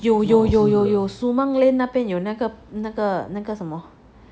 有有有有有 sumang lane 那边有那个那个那个什么